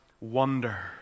wonder